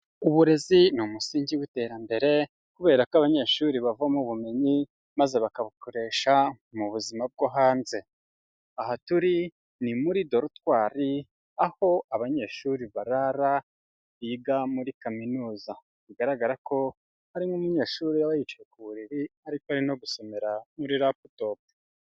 Uburezi ni umusingi w'iterambere kubera ko abanyeshuri bavoma ubumenyi maze bakabukoresha mu buzima bwo hanze, aha turi ni muri dorotwari aho abanyeshuri barara biga muri kaminuza, bigaragara ko harimo umunyeshuri aho yicaye ku buriri ariko arimo gusomera muri raputopu.